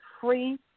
free